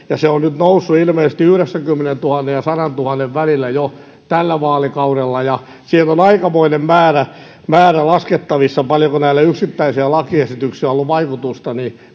ja se on nyt noussut ilmeisesti yhdeksänkymmenentuhannen ja sadantuhannen välillä jo tällä vaalikaudella ja siellä on aikamoinen määrä määrä laskettavissa paljonko näillä yksittäisillä lakiesityksillä on ollut vaikutusta